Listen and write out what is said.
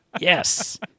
Yes